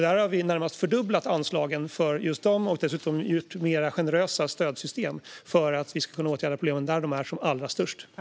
Där har vi närmast fördubblat anslagen och dessutom skapat mer generösa stödsystem för att vi ska kunna åtgärda problemen där de är som allra störst.